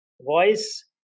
Voice